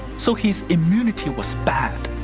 so his immunity was bad.